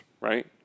right